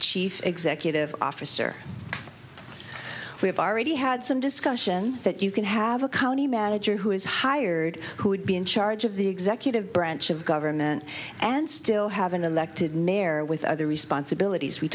chief executive officer we have already had some discussion that you can have a county manager who is hired who would be in charge of the executive branch of government and still have an elected mayor with other responsibilities we